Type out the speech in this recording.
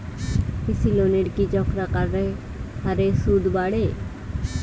কৃষি লোনের কি চক্রাকার হারে সুদ বাড়ে?